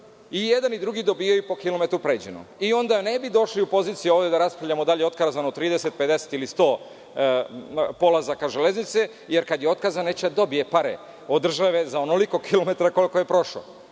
jedan drugi dobijaju po kilometru pređenom i onda ne bi došli u poziciju ovu da raspravljamo da li je otkazano 30, 50 ili 100 polazaka železnice, jer kada je otkazano, on neće da dobije od države za onoliko kilometara koliko je